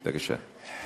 בבקשה.